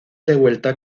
devuelta